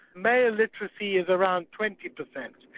male literacy is around twenty percent.